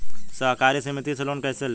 सहकारी समिति से लोन कैसे लें?